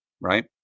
right